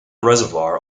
reservoir